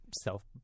self